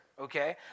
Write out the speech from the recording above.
okay